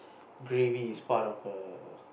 gravy is part of a